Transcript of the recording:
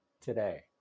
today